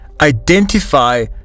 identify